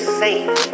safe